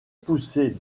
poussés